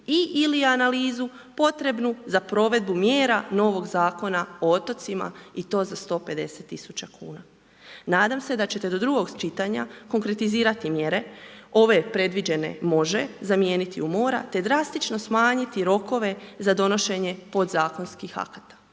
i/ili analizu potrebnu za provedbu mjera novog Zakona o otocima i to za 150 tisuća kuna. Nadam se da ćete do drugog čitanja konkretizirati mjere ove predviđene može zamijeniti u mora, te drastično smanjiti rokove za donošenje podzakonskih kata.